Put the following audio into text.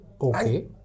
okay